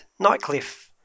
nightcliff